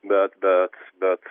bet bet bet